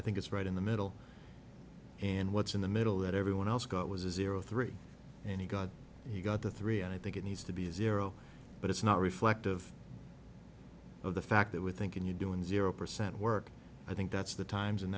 i think it's right in the middle and what's in the middle that everyone else got was a zero three and he got he got the three i think it needs to be zero but it's not reflective of the fact that we're thinking you do in zero percent work i think that's the times and